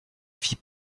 vit